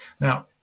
Now